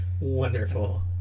Wonderful